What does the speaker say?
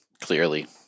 clearly